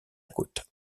côte